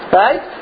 right